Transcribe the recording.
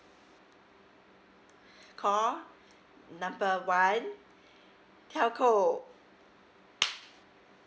call number one telco